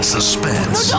Suspense